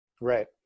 Right